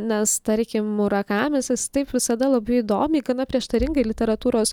nes tarkim murakamis jis taip visada labai įdomiai gana prieštaringai literatūros